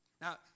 Now